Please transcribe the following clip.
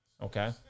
Okay